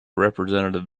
representative